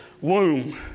womb